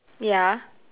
ya